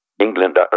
England